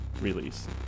release